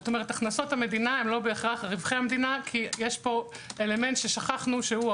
כלומר הכנסות המדינה לא בהכרח רווחי המדינה כי יש פה אלמנט ההוצאות.